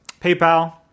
PayPal